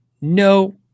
no